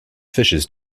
fishes